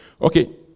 okay